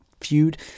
feud